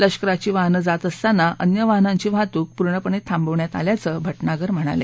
लष्कराची वाहनं जात असताना अन्य वाहनांची वाहतूक पूर्णपणे थांबवण्यात आल्याचं भटनागर म्हणाले